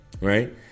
right